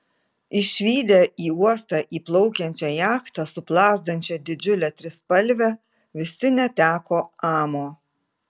išvydę į uostą įplaukiančią jachtą su plazdančia didžiule trispalve visi neteko amo